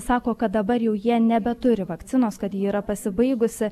sako kad dabar jau jie nebeturi vakcinos kad ji yra pasibaigusi